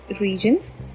regions